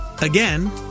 Again